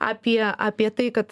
apie apie tai kad